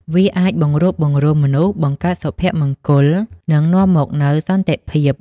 វាអាចបង្រួបបង្រួមមនុស្ស បង្កើតសុភមង្គល និងនាំមកនូវសន្តិភាព។